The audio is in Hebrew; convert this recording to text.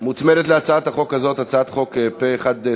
להצעת החוק הזאת הצעת חוק פ/1938,